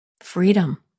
freedom